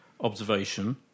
observation